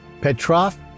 Petrov